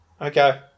Okay